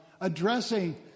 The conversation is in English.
addressing